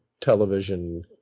television